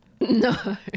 No